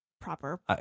proper